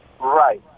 Right